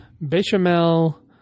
bechamel